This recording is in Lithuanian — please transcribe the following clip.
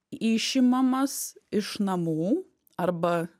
išimamas iš namų arba